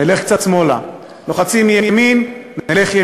נלך קצת שמאלה,